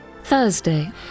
Thursday